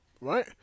right